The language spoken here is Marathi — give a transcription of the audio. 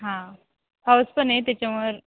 हां पाऊस पण आहे त्याच्यामुळं